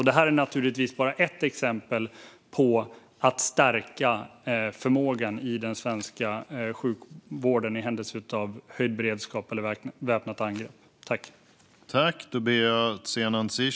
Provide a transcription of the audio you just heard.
Det här är naturligtvis bara ett exempel på att stärka förmågan i den svenska sjukvården i händelse av höjd beredskap eller väpnat angrepp.